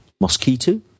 Mosquito